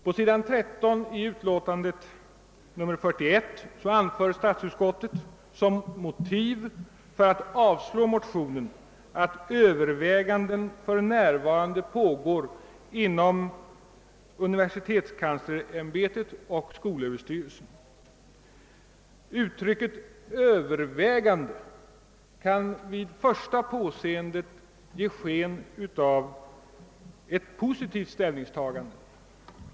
På s. 13 i statsutskottets förevarande utlåtande nr 41 anförs som motivering för att avslå motionen att »överväganden om reformering av den utbildning som nu förekommer inom detta område för närvarande pågår» inom universitetskanslersämbetet och skolöver styrelsen. Uttrycket »överväganden» kan vid första påseendet ge sken av ett positivt ställningstagande.